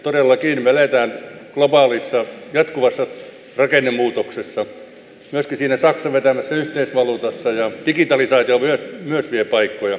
todellakin me elämme globaalissa jatkuvassa rakennemuutoksessa myöskin siinä saksan vetämässä yhteisvaluutassa ja digitalisaatio myös vie työpaikkoja